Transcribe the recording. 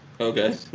Okay